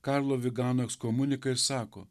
karlo vigano ekskomuniką ir sako